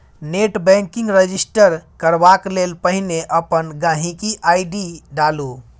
net banking register करबाक लेल पहिने अपन गांहिकी आइ.डी डालु